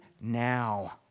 now